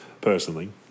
personally